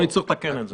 אנחנו נתקן את זה.